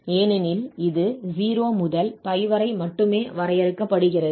ஏனெனில் இது 0 முதல் π வரை மட்டுமே வரையறுக்கப்படுகிறது